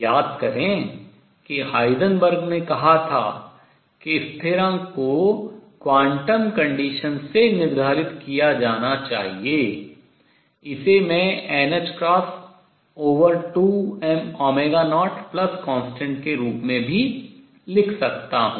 याद करें कि हाइजेनबर्ग ने कहा था कि स्थिरांक को quantum conditions क्वांटम शर्तों से निर्धारित किया जाना चाहिए इसे मैं n2m0constant के रूप में भी लिख सकता हूँ